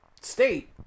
state